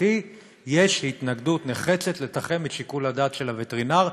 ולהערכתי יש התנגדות נחרצת לתחם את שיקול הדעת של הווטרינר.